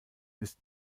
ist